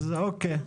אז אוקיי,